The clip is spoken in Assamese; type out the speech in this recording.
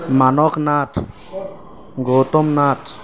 মানস নাথ গৌতম নাথ